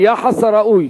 היחס הראוי